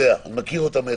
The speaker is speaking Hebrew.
מכיר אותה מאתמול.